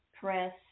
press